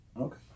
Okay